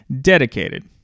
dedicated